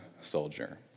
soldier